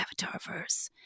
Avatarverse